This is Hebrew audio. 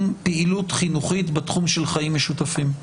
פעילות חינוכית בתחום של חיים משותפים.